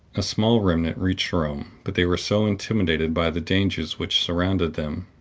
a small remnant reached rome but they were so intimidated by the dangers which surrounded them,